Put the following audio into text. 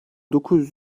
dokuz